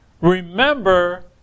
Remember